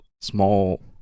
small